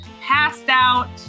passed-out